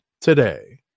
today